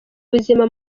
ubuzima